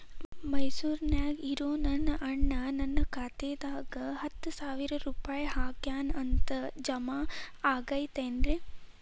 ಮೈಸೂರ್ ನ್ಯಾಗ್ ಇರೋ ನನ್ನ ಅಣ್ಣ ನನ್ನ ಖಾತೆದಾಗ್ ಹತ್ತು ಸಾವಿರ ರೂಪಾಯಿ ಹಾಕ್ಯಾನ್ ಅಂತ, ಜಮಾ ಆಗೈತೇನ್ರೇ?